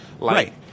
Right